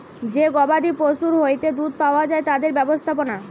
যে গবাদি পশুর হইতে দুধ পাওয়া যায় তাদের ব্যবস্থাপনা